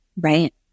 Right